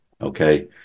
Okay